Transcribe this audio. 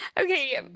Okay